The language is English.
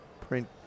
print